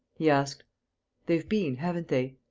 he asked they've been, haven't they?